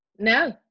No